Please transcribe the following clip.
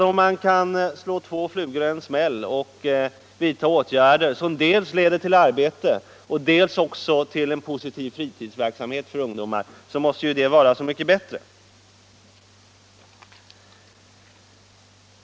Om man kan slå två flugor i en smäll och vidta åtgärder som dels leder till arbete, dels skapar en positiv fritidsverksamhet för ungdomar måste det självfallet vara så mycket bättre.